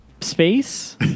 space